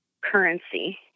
currency